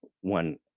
one